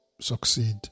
succeed